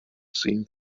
seen